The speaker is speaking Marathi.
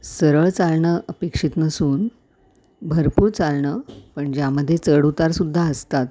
सरळ चालणं अपेक्षित नसून भरपूर चालणं पण ज्यामध्येे चढ उतार सुद्धा असतात